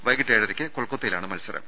വൈകീട്ട് ഏഴരയ്ക്ക് കൊൽക്കത്തയിലാണ് മത്സരം